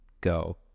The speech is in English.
go